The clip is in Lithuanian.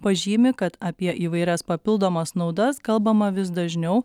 pažymi kad apie įvairias papildomas naudas kalbama vis dažniau